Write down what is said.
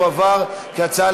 התשע"ה 2015,